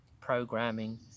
programming